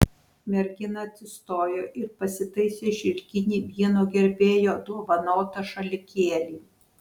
mergina atsistojo ir pasitaisė šilkinį vieno gerbėjo dovanotą šalikėlį